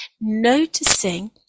noticing